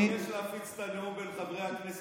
------ אני מבקש להפיץ את הנאום כתוב בין חברי הכנסת.